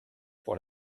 pour